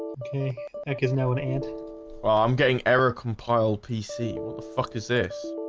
okay peck is no and and ah i'm getting error compiled pc the fuck is this